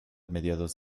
mediados